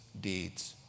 deeds